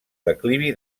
declivi